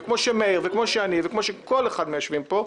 וכמו שמאיר וכמו שאני וכמו שכל אחד מהיושבים פה,